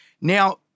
Now